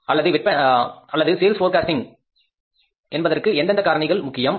அல்லது விற்பனை முன்கணிப்புக்கு எந்தெந்த காரணிகள் முக்கியம்